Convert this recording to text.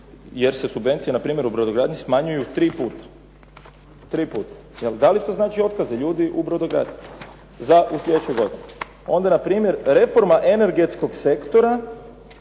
jer se subvencije npr. u brodogradnji smanjuju tri puta. Jel da li to znači otkaze ljudi u brodogradnji, u slijedećoj godini. Onda npr. reforma energetskog sektora